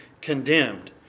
condemned